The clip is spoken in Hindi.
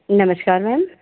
नमस्कार मैम